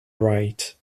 right